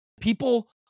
People